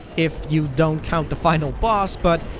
if you don't count the final boss, but,